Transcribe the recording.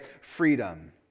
freedom